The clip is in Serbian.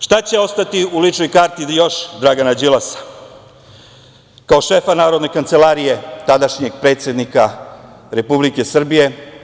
Šta će ostati u ličnoj karti još Dragana Đilasa kao šefa Narodne kancelarije tadašnjeg predsednika Republike Srbije?